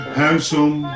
handsome